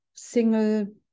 single